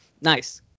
Nice